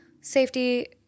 safety